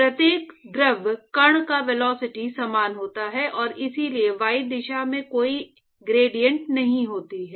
प्रत्येक द्रव कण का वेलोसिटी समान होता है और इसलिए y दिशा में कोई ग्रेडिएंट नहीं होती है